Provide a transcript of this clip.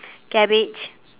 cabbage